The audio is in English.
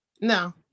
No